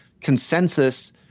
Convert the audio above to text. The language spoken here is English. consensus